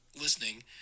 listening